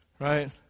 Right